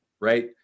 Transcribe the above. right